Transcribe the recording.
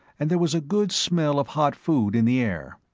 and there was a good smell of hot food in the air.